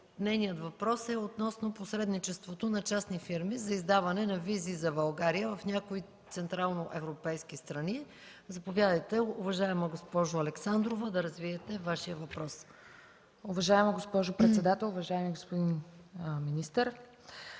Нейният въпрос е относно посредничеството на частни фирми за издаване на визи за България в някои централноевропейски страни. Заповядайте, уважаема госпожо Александрова, да развиете Вашия въпрос. МИГЛЕНА АЛЕКСАНДРОВА (Атака): Уважаема госпожо председател, уважаеми господин министър!